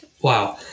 Wow